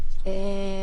(1).